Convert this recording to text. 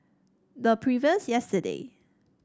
the previous yesterday